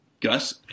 Gus